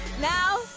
Now